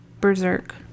Berserk